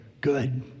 good